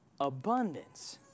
Abundance